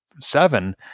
seven